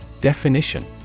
Definition